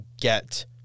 get